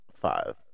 five